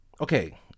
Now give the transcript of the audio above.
Okay